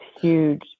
huge